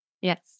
Yes